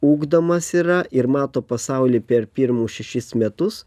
ugdomas yra ir mato pasaulį per pirmus šešis metus